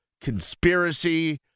conspiracy